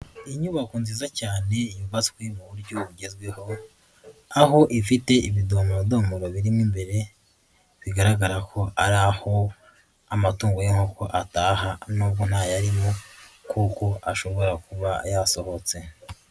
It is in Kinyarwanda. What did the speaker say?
Inyubako nziza cyane yubatswe mu buryo bugezweho, aho ifite ibidomodoro birimo imbere, bigaragara ko ari aho amatungo ataha n'ubwo ntayarimo kuko ashobora kuba yasohotse.